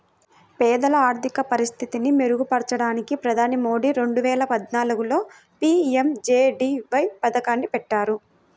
పేదల ఆర్థిక పరిస్థితిని మెరుగుపరచడానికి ప్రధాని మోదీ రెండు వేల పద్నాలుగులో పీ.ఎం.జే.డీ.వై పథకాన్ని పెట్టారు